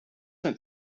ein